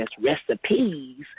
recipes